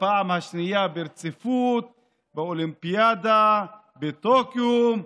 בפעם השנייה ברציפות באולימפיאדה בטוקיו.